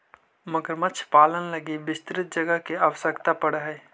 मगरमच्छ पालन लगी विस्तृत जगह के आवश्यकता पड़ऽ हइ